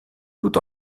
tout